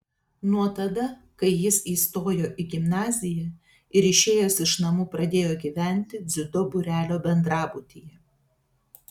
nuo tada kai jis įstojo į gimnaziją ir išėjęs iš namų pradėjo gyventi dziudo būrelio bendrabutyje